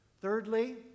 Thirdly